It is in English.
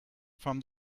from